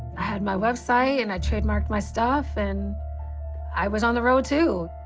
i had my website, and i trademarked my stuff. and i was on the road, too.